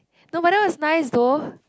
no but that was nice though